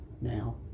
Now